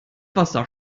wasser